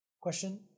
question